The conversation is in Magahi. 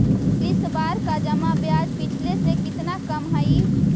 इस बार का जमा ब्याज पिछले से कितना कम हइ